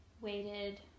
waited